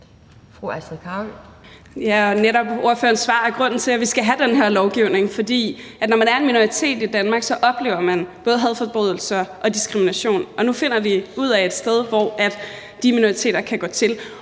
Astrid Carøe (SF): Ordførerens svar er netop grunden til, at vi skal have den her lovgivning. For når man er en minoritet i Danmark, oplever man både hadforbrydelser og diskrimination. Og nu finder vi ud af at have et sted, hvor de minoriteter kan gå hen.